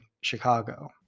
Chicago